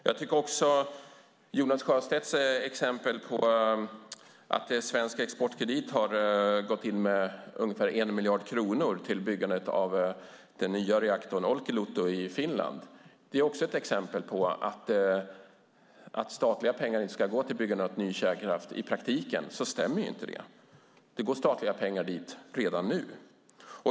Jag tycker också att det Jonas Sjöstedt nämnde, att Svensk Exportkredit har gått in med ungefär 1 miljard kronor till byggandet av den nya reaktorn i Olkiluoto i Finland, är ett exempel på att det i praktiken inte stämmer att statliga pengar inte ska gå till byggande av ny kärnkraft. Det går statliga pengar dit redan nu.